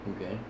Okay